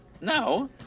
No